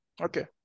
Okay